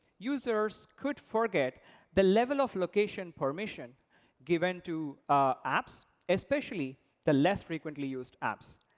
users could forget the level of location permission given to apps, especially the less frequently used apps.